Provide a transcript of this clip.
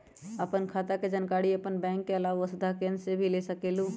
आपन खाता के जानकारी आपन बैंक के आलावा वसुधा केन्द्र से भी ले सकेलु?